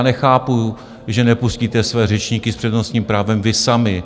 Nechápu, že nepustíte své řečníky s přednostním právem vy sami.